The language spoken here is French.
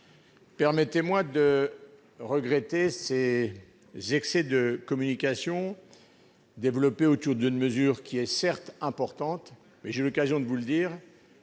Permettez-moi de regretter ces excès de communication autour d'une mesure qui est certes importante. Mais, comme j'ai eu l'occasion de vous l'indiquer,